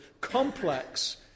complex